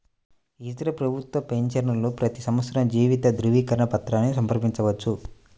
ఇతర ప్రభుత్వ పెన్షనర్లు ప్రతి సంవత్సరం జీవిత ధృవీకరణ పత్రాన్ని సమర్పించవచ్చు